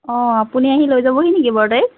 অ আপুনি আহি লৈ যাবহি নেকি বাৰু তাইক